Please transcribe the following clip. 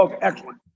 excellent